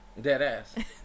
Deadass